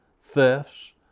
thefts